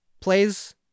plays